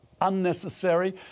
unnecessary